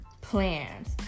plans